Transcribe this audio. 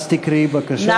אז תקראי בבקשה.